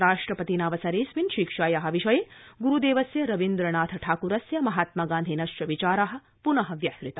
राष्ट्रपतिना अवसेरऽस्मिन् शिक्षाया विषये ग्रूदेवस्य रविन्द्रनाथ ठाकुरस्य महात्मा गान्धिनश्च विचारा पुन व्याहृता